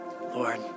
Lord